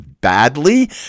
badly